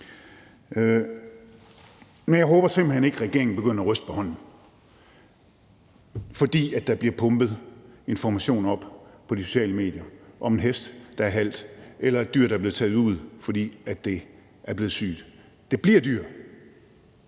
Men jeg håber simpelt hen ikke, at regeringen begynder at ryste på hånden, fordi der bliver pumpet informationer op på de sociale medier om en hest, der er halt, eller et dyr, der er blevet taget ud, fordi det er blevet sygt; det bliver dyr